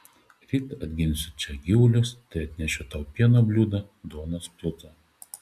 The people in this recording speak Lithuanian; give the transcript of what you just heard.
ryt atginsiu čia gyvulius tai atnešiu tau pieno bliūdą duonos plutą